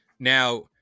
Now